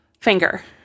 Finger